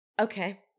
Okay